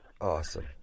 Awesome